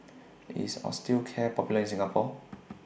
IS Osteocare Popular in Singapore